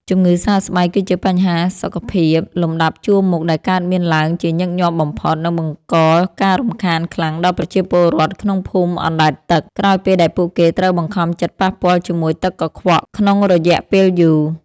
ជំងឺសើស្បែកគឺជាបញ្ហាសុខភាពលំដាប់ជួរមុខដែលកើតមានឡើងជាញឹកញាប់បំផុត និងបង្កការរំខានខ្លាំងដល់ប្រជាពលរដ្ឋក្នុងភូមិអណ្តែតទឹក ក្រោយពេលដែលពួកគេត្រូវបង្ខំចិត្តប៉ះពាល់ជាមួយទឹកកខ្វក់ក្នុងរយៈពេលយូរ។